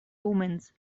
omens